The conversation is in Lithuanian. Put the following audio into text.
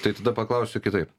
tai tada paklausiu kitaip